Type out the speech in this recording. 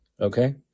okay